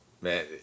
Man